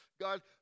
God